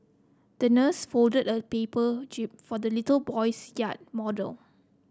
the nurse folded a paper jib for the little boy's yacht model